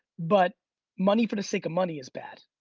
but money for the sake of money is bad.